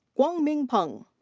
guomin peng.